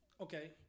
Okay